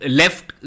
left